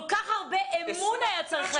כל כך הרבה אמון היה צריך לתת.